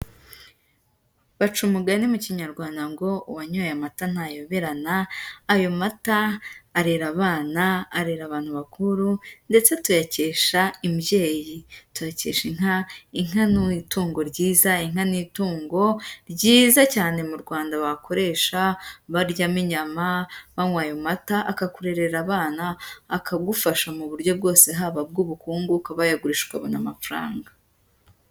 Baca umugani mu Kinyarwanda ngo uwayanyoye amata ntayoberana, ayo mata arera abana, arera abantu bakuru, ndetse tuyakesha imbyeyi, tuyakesha inka, inka ni itungo ryiza, inka ni itungo ryiza cyane mu Rwanda bakoresha baryamo inyama, banywa ayo mata, akakurerera abana, akagufasha mu buryo bwose haba bw'ubukungu, ukaba wayagurisha ukabona amafaranga.